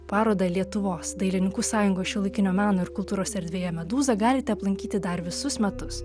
parodą lietuvos dailininkų sąjungos šiuolaikinio meno ir kultūros erdvėje medūza galite aplankyti dar visus metus